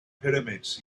pyramids